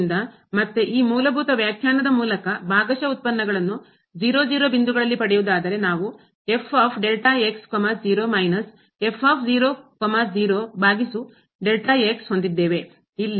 ಆದ್ದರಿಂದ ಮತ್ತೆ ಈ ಮೂಲಭೂತ ವ್ಯಾಖ್ಯಾನದ ಮೂಲಕ ಭಾಗಶಃ ಉತ್ಪನ್ನಗಳನ್ನು ಬಿಂದುಗಳಲ್ಲಿ ಪಡೆಯುವುದಾದರೆ ನಾವು ಮೈನಸ್ ಬಾಗಿಸು ಹೊಂದಿದ್ದೇವೆ